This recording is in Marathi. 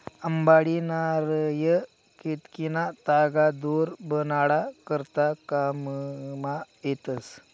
अंबाडी, नारय, केतकीना तागा दोर बनाडा करता काममा येतस